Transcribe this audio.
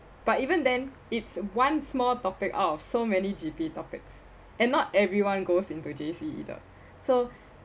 but even then it's one small topic out of so many G_P topics and not everyone goes into J_C either so